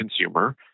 consumer